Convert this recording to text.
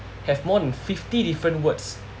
have more than fifty different words